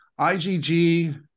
IGG